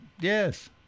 Yes